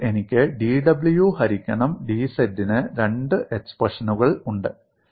ഇപ്പോൾ എനിക്ക് dw ഹരിക്കണം dz ന് രണ്ട് എക്സ്പ്രഷനുകൾ ഉണ്ട്